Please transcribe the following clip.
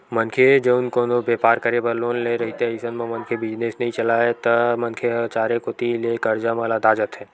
मनखे जउन कोनो बेपार करे बर लोन ले रहिथे अइसन म मनखे बिजनेस नइ चलय त मनखे ह चारे कोती ले करजा म लदा जाथे